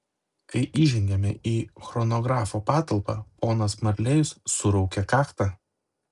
kai įžengėme į chronografo patalpą ponas marlėjus suraukė kaktą